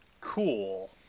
cool